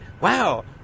wow